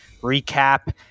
recap